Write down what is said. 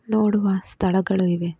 ನೋಡುವ ಸ್ಥಳಗಳು ಇವೆ